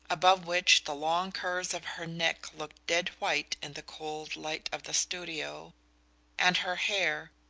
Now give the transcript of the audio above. above which the long curves of her neck looked dead white in the cold light of the studio and her hair,